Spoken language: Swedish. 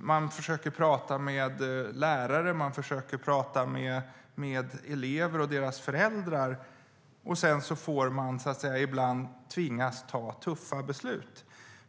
Man försöker då prata med lärare och med elever och deras föräldrar. Sedan tvingas man ibland ta tuffa beslut.